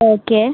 okay